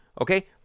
Okay